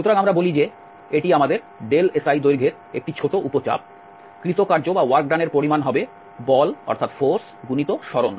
সুতরাং আমরা বলি যে এখানে এটি আমাদের si দৈর্ঘ্যের একটি ছোট উপ চাপ কৃত কার্যের পরিমাণ হবে বল গুণিত সরণ